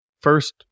first